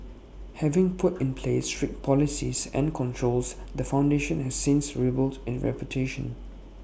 having put in place strict policies and controls the foundation has since rebuilt its reputation